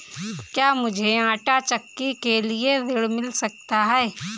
क्या मूझे आंटा चक्की के लिए ऋण मिल सकता है?